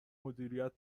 مدیریت